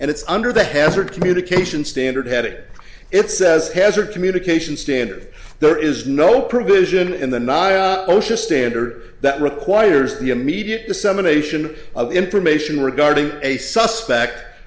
and it's under the hazard communications standard had it it says hazard communication standard there is no provision in the not osha standard that requires the immediate dissemination of information regarding a suspect